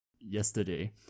Yesterday